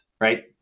right